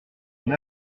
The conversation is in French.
une